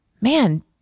man